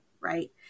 Right